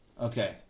Okay